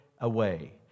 away